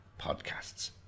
podcasts